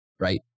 right